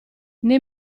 nei